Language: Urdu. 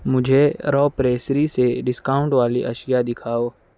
مجھے روپریسری سے ڈسکاؤنٹ والی اشیاء دکھاؤ